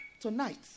Tonight